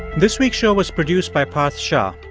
this week's show was produced by parth shah.